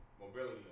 Mobility